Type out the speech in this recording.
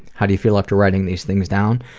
how do you feel after writing these things down?